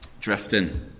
drifting